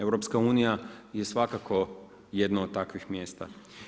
EU, je svako jedno od takvih mjesta.